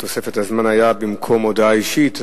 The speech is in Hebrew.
תוספת הזמן היתה במקום הודעה אישית.